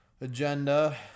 agenda